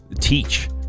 teach